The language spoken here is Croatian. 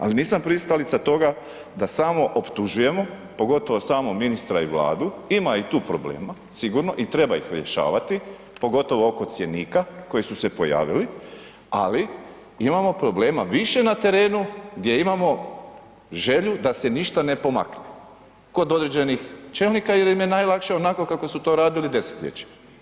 Ali nisam pristalica toga da samo optužujemo pogotovo samo ministra i Vladu, ima i tu problema, sigurno i treba ih rješavati, pogotovo oko cjenika koji su se pojavili ali imamo problema više na terenu gdje imamo želju da se ništa ne pomakne, kod određenih čelnika jer im je najlakše onako kako su t radili desetljećima.